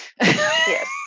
Yes